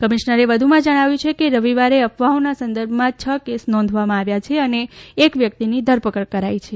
કમિશનરે વધુમાં જણાવ્યું કે રવિવારે અફવાઓના સંદર્ભમાં છ કેસ નોંધવામાં આવ્યા છે અને એક વ્યક્તિની ધરપકડ કરાઇ છે